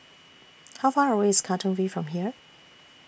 How Far away IS Katong V from here